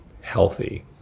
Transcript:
healthy